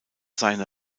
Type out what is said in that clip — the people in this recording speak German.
seine